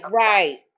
right